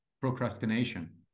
procrastination